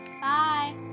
Bye